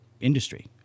industry